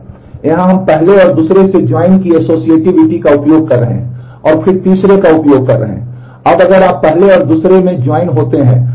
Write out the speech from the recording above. यहां हम पहले और दूसरे से ज्वाइन में है